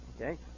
okay